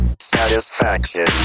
Satisfaction